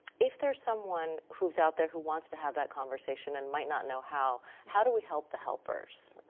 if there is someone who is out there who wants to have that conversation and might not know how, how do we help the helpers?